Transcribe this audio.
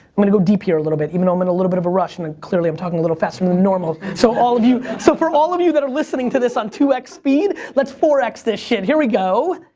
i'm gonna go deep here a little bit, even um and a little bit of a rush and i and clearly am um talking a little faster than normal, so all of you, so for all of you that are listening to this on two x speed, let's four x this shit, here we go.